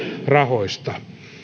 rahoista